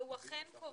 והוא אכן קובע